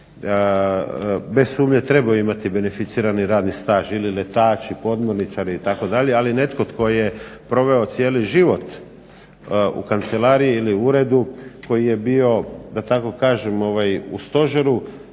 bez sumnje trebaju imati beneficirani radni staž ili letači, podmorničari itd. Ali netko tko je proveo cijeli život u kancelariji ili uredu, koji je bio da tako kažem u stožeru,